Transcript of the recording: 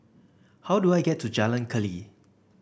how do I get to Jalan Keli